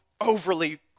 overly